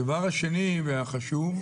הדבר השני והחשוב,